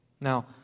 Now